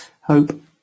hope